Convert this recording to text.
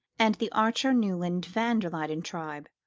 and the archer-newland-van-der-luyden tribe,